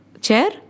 chair